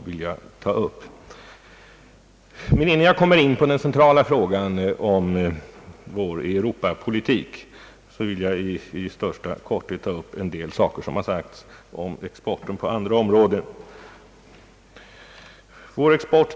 Innan jag går in på den centrala frågan om vår Europapolitik vill jag emellertid i största korthet ta upp en del uttalanden som gjorts om exporten på andra marknader.